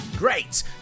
Great